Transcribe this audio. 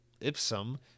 Ipsum